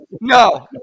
No